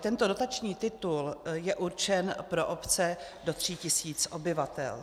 Tento dotační titul je určen pro obce do tří tisíc obyvatel.